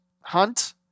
Hunt